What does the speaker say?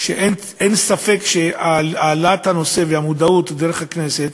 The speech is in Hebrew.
שאין ספק שהעלאת הנושא והמודעות דרך הכנסת,